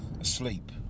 asleep